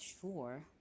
sure